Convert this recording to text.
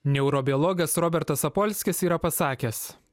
neurobiologas robertas zapolskis yra pasakęs